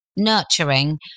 nurturing